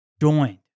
joined